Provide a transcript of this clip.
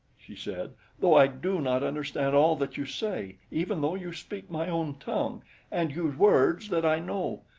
she said though i do not understand all that you say even though you speak my own tongue and use words that i know.